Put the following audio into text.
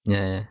ya ya